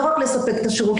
לא רק לספק את השירות,